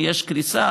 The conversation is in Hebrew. אם יש קריסה,